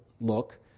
look